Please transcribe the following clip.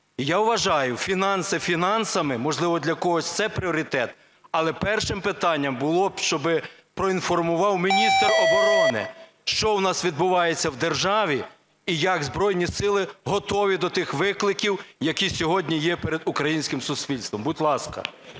я вважаю, фінанси фінансами, можливо, для когось це пріоритет, але першим питанням було б, щоби проінформував міністр оборони, що у нас відбувається в державі і як Збройні Сили готові до тих викликів, які сьогодні є перед українським суспільством. Будь ласка.